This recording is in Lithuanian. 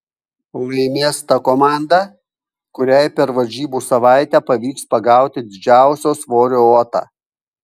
laimės ta komanda kuriai per varžybų savaitę pavyks pagauti didžiausio svorio otą